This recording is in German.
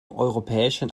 europäischen